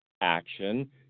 action